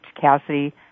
Cassidy